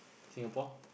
Singapore